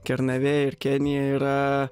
kernavė ir kenija yra